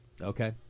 Okay